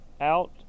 out